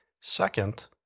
Second